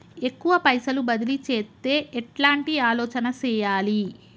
ఎక్కువ పైసలు బదిలీ చేత్తే ఎట్లాంటి ఆలోచన సేయాలి?